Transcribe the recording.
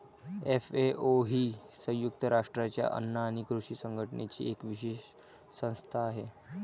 FAO ही संयुक्त राष्ट्रांच्या अन्न आणि कृषी संघटनेची एक विशेष संस्था आहे